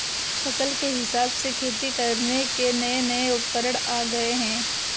फसल के हिसाब से खेती करने के नये नये उपकरण आ गये है